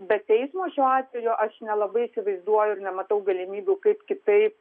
be teismo šiuo atveju aš nelabai įsivaizduoju ir nematau galimybių kaip kitaip